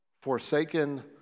forsaken